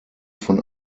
von